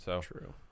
True